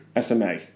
SMA